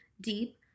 deep